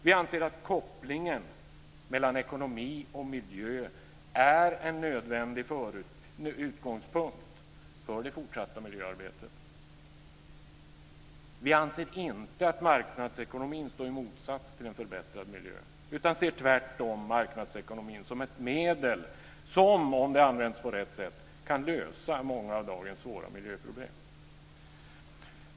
Vi anser att kopplingen mellan ekonomi och miljö är en nödvändig utgångspunkt för det fortsatta miljöarbetet. Vi anser inte att marknadsekonomin står i motsats till en förbättrad miljö utan ser tvärtom marknadsekonomin som ett medel som om det används på rätt sätt kan lösa många av dagens svåra miljöproblem.